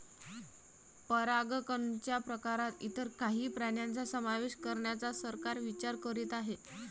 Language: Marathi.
परागकणच्या प्रकारात इतर काही प्राण्यांचा समावेश करण्याचा सरकार विचार करीत आहे